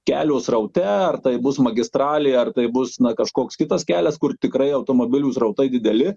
kelio sraute ar tai bus magistralė ar tai bus na kažkoks kitas kelias kur tikrai automobilių srautai dideli